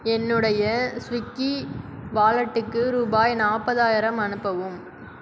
என்னுடைய ஸ்விக்கி வாலெட்டுக்கு ரூபாய் நாற்பதாயிரம் அனுப்பவும்